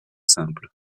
simple